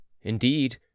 Indeed